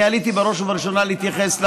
אני עליתי בראש ובראשונה להתייחס,